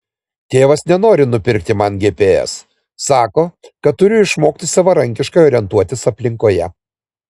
tėvas nenori nupirkti man gps sako kad turiu išmokti savarankiškai orientuotis aplinkoje